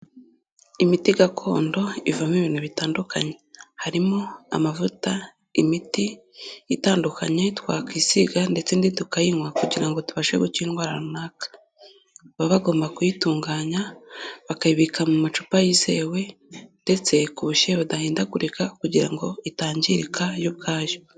Imiti gakondo ivamo ibintu bitandukanye. Harimo amavuta, imiti itandukanye twakwisiga ndetse indi tukayinywa. Kugira ngo tubashe gukira indwara runaka, baba bagomba kuyitunganya bakayibika mu macupa yizewe. Ndetse ku bushyuhe badahindagurika kugira ngo itangirika yo ubwayo.